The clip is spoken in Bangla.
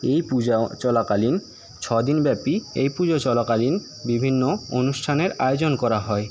এই পূজা চলাকালীন ছদিন ব্যাপী এই পূজো চলাকালীন বিভিন্ন অনুষ্ঠানের আয়োজন করা হয়